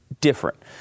different